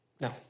No